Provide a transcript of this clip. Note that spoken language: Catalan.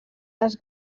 les